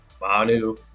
Manu